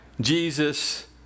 Jesus